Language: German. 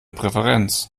präferenz